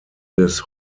des